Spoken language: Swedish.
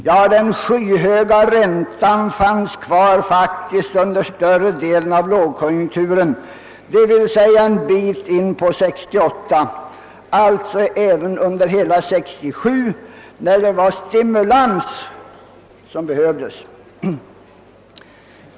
Ja, den skyhöga räntan bibehölls faktiskt under större delen av lågkonjunkturen, d.v.s. under hela 1967 och ett stycke in på 1968, när det var stimulans som hade behövts.